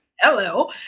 Hello